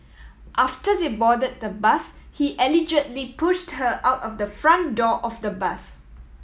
after they boarded the bus he allegedly pushed her out of the front door of the bus